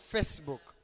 Facebook